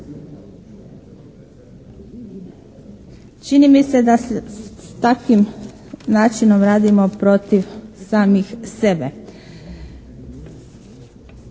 Čini mi se da s takvim načinom radimo protiv samih sebe.